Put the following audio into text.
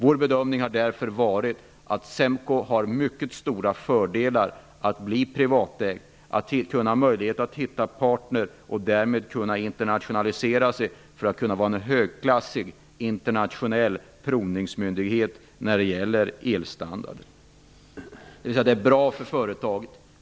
Vår bedömning har därför varit att SEMKO får mycket stora fördelar av att bli privatägt, får möjligheter att hitta partner och kan därmed internationalisera sig och bli en högklassig internationell provningsmyndighet för elstandarden. Det är bra för företaget.